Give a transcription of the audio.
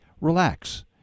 relax